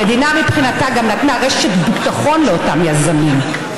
המדינה מבחינתה גם נתנה רשת ביטחון לאותם יזמים.